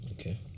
okay